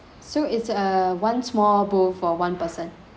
so it's uh one more bowl for one person